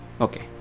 Okay